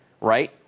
Right